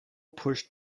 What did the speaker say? pushed